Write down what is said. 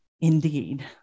Indeed